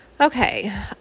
Okay